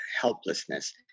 helplessness